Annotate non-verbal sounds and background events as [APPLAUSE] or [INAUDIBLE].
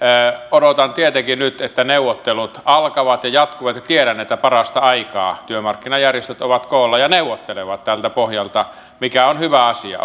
odotan tietenkin nyt että neuvottelut alkavat ja jatkuvat tiedän että parasta aikaa työmarkkinajärjestöt ovat koolla ja neuvottelevat tältä pohjalta mikä on hyvä asia [UNINTELLIGIBLE]